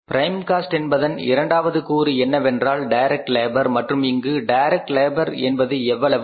prime cost என்பதன் இரண்டாவது கூறு என்னவென்றால் டைரக்ட் லேபர் மற்றும் இங்கு டைரக்ட் லேபர் என்பது எவ்வளவு